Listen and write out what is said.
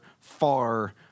far